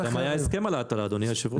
גם היה הסכם על ההטלה, אדוני היושב ראש.